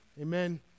Amen